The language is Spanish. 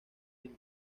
inca